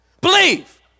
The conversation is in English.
Believe